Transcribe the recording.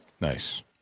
Nice